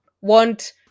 want